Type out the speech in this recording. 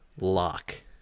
lock